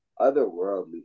otherworldly